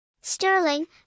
Sterling